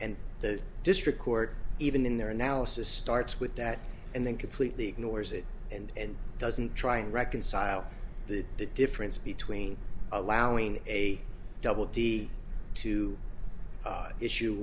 and the district court even in their analysis starts with that and then completely ignores it and doesn't try and reconcile that the difference between allowing a double duty to issue